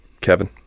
Kevin